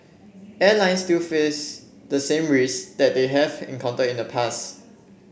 airline still face the same risk that they have encountered in the past